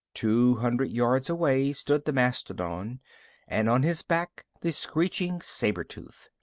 two hundred yards away stood the mastodon and, on his back, the screeching saber-tooth.